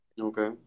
Okay